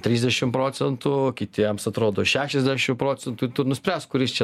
trisdešim procentų kitiems atrodo šešiasdešim procentų tu tu nuspręsk kuris čia